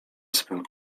swym